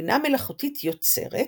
ובינה מלאכותית יוצרת,